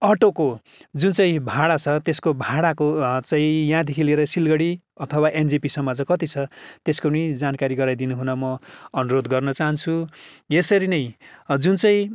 अटोको जुन चाहिँ भाडा छ त्यसको भाडाको चाहिँ यहाँदेखि लिएर सिलगढी अथवा एनजेपीसम्म चाहिँ कति छ त्यसको पनि जानकारी गराइदिन हुन म अनुरोध गर्न चाहन्छु यसरी नै जुन चाहिँ